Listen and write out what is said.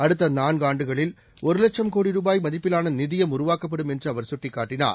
அடுத்தநாள்கான்டுகளில் ஒருவட்சம் கோடி ருபாய் மதிப்பிலானநிதியம் உருவாக்கப்படும் என்றுஅவர் கட்டிக்காட்டினார்